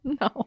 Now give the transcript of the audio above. no